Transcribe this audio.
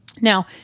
Now